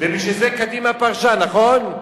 ובשביל זה קדימה פרשה, נכון?